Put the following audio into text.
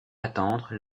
attendre